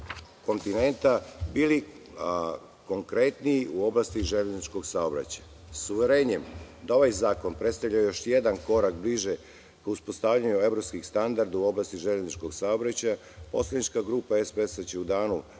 kontinenta bili konkretniji u oblasti železničkog saobraćaja.S uverenjem da ovaj zakon predstavlja još jedan korak bliže ka uspostavljanju evropskih standarda u oblasti železničkog saobraćaja, poslanička grupa SPS će u danu